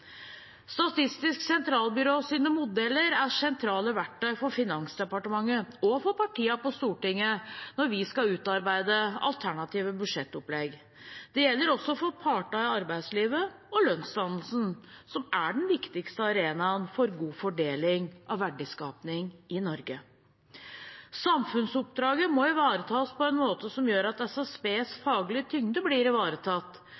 Statistisk sentralbyrås modeller er sentrale verktøy for Finansdepartementet og for partiene på Stortinget når de skal utarbeide alternative budsjettopplegg. Det gjelder også for partene i arbeidslivet og lønnsdannelsen, som er den viktigste arenaen for god fordeling av verdiskapingen i Norge. Samfunnsoppdraget må ivaretas på en måte som gjør at SSBs faglige tyngde blir ivaretatt,